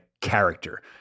character